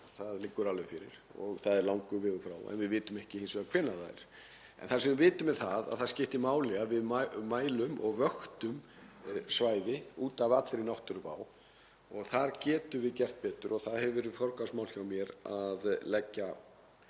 Það liggur alveg fyrir og það er langur vegur frá því, en við vitum hins vegar ekki hvenær það verður. Það sem við vitum er að það skiptir máli að við mælum og vöktum svæði út af allri náttúruvá og þar getum við gert betur. Það hefur verið forgangsmál hjá mér að leggja